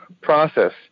process